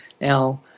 Now